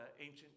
ancient